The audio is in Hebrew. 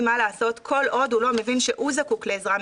מה לעשות כל עוד הוא לא מבין שהוא זקוק לעזרה,